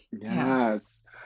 Yes